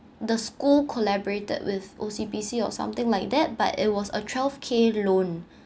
the school collaborated with O_C_B_C or something like that but it was a twelve K loan